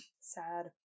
Sad